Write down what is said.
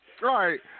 Right